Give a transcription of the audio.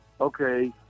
okay